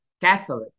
Catholic